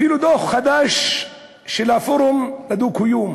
אפילו דוח חדש של הפורום לדו-קיום